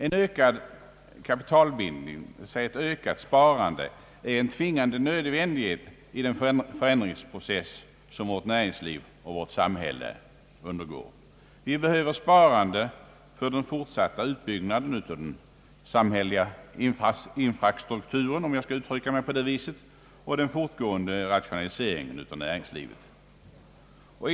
En ökad kapitalbildning, d. v. s. ett ökat sparande, är en tvingande nödvändighet i den förändringsprocess som vårt näringsliv och vårt samhälle undergår. Vi behöver sparande för den fortsatta utbyggnaden av den samhälleliga infrastrukturen, om jag får uttrycka mig på det sättet, och den fortgående rationaliseringen av näringslivet.